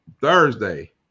Thursday